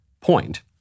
point